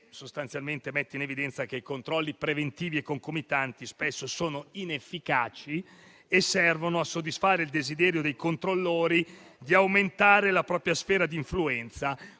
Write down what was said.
sostanzialmente i controlli preventivi e concomitanti spesso sono inefficaci e servono a soddisfare il desiderio dei controllori di aumentare la propria sfera di influenza,